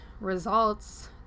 results